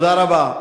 תודה רבה.